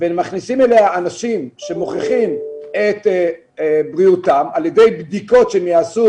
ומכניסים אליה אנשים שמוכיחים את בריאותם על ידי בדיקות שהם יעשו